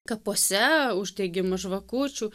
kapuose uždegim žvakučių